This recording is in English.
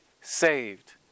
saved